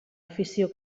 afició